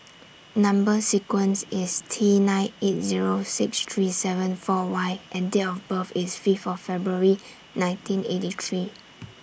Number sequence IS T nine eight Zero six three seven four Y and Date of birth IS five of February nineteen eighty three